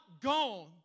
gone